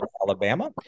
Alabama